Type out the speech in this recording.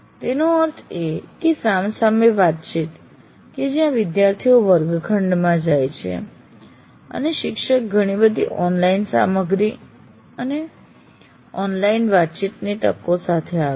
તેનો અર્થ એ કે સામસામે વાતચીત કે જ્યાં વિદ્યાર્થીઓ વર્ગખંડમાં જાય છે અને શિક્ષક ઘણી બધી ઓનલાઇન સામગ્રી અને ઓનલાઇન વાતચીતની તકો સાથે આવે છે